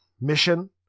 mission